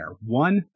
One